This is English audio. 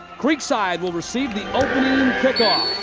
creekside will receive the opening kick-off.